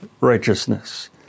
righteousness